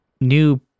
new